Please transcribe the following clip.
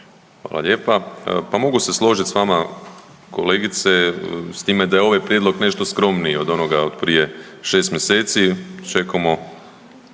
Hvala lijepa. Pa mogu se složit s vama kolegice, s time da je ovaj prijedlog nešto skromniji od onoga od prije 6 mjeseci, čekamo,